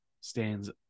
stands